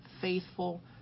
faithful